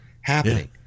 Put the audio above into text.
happening